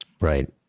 Right